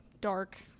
dark